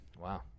Wow